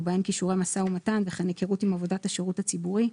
ובהן כישורי משא ומתן וכן היכרות עם עבודת השירות הציבורי,